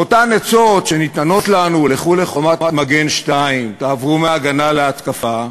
ואותן עצות שניתנות לנו: לכו ל"חומת מגן 2"; תעברו מהגנה להתקפה,